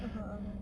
(uh huh)